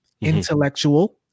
intellectual